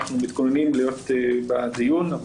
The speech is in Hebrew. התכונן להיות בדיון משבוע שעבר,